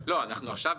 אז אנחנו לא משנים כלום.